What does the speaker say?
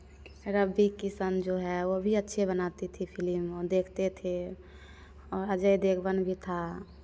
रवि किशन जो है वो भी अच्छे बनाते थे फिल्म वो देखते थे और अजय देवगन भी था